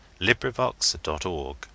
LibriVox.org